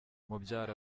mubyara